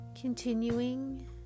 Continuing